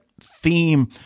theme